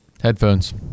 Headphones